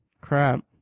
crap